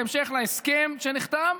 בהמשך להסכם שנחתם,